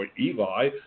Eli